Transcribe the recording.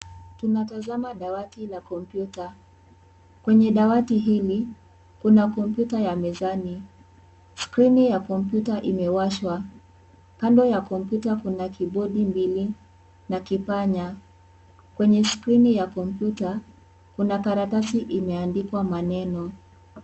Tunatazama dawati la kompyuta kwenye dawati hili kuna kompyuta ya mezani skrini ya kompyuta imewashwa kando ya kompyuta kuna kibodi mbili na kipanya, kwenye skrini ya kompyuta kuna karatasi imeandikwa maneno.